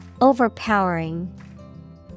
Overpowering